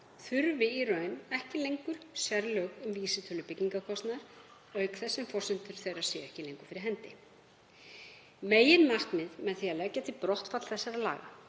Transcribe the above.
þurfi í raun ekki lengur sérlög um vísitölu byggingarkostnaðar auk þess sem forsendur þeirra séu ekki lengur fyrir hendi. Meginmarkmið með því að leggja til brottfall laganna